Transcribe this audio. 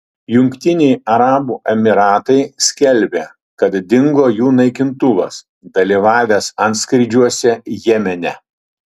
jungtiniai arabų emyratai skelbia kad dingo jų naikintuvas dalyvavęs antskrydžiuose jemene